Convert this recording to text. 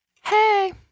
Hey